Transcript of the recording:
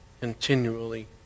continually